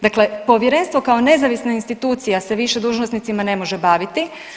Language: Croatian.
Dakle, povjerenstvo kao nezavisna institucija se više dužnosnicima ne može baviti.